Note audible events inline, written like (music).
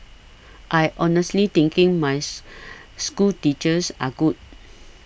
I honestly thinking my (unintelligible) schoolteachers are good